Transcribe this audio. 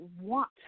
want